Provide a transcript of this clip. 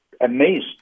amazed